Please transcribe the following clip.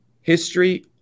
History